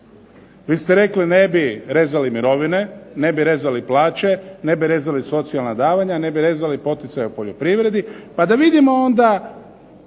Vi ste rekli ne bi rezali mirovine, ne bi rezali plaće, ne bi rezali socijalna davanja, ne bi rezali poticaje u poljoprivredi pa da vidimo onda